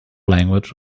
language